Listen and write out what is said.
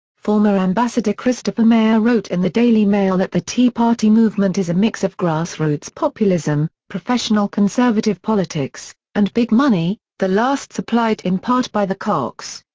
former ambassador christopher meyer wrote in the daily mail that the tea party movement is a mix of grassroots populism, professional conservative politics, and big money, the last supplied in part by the kochs.